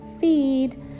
feed